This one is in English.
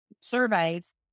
surveys